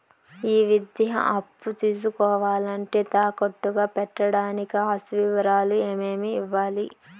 ఈ విద్యా అప్పు తీసుకోవాలంటే తాకట్టు గా పెట్టడానికి ఆస్తి వివరాలు ఏమేమి ఇవ్వాలి?